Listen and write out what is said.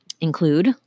include